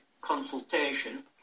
consultation